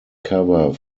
cover